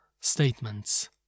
statements